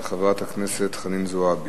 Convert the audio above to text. של חברת הכנסת חנין זועבי.